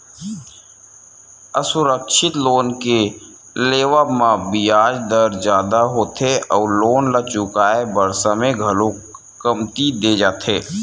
असुरक्छित लोन के लेवब म बियाज दर जादा होथे अउ लोन ल चुकाए बर समे घलो कमती दे जाथे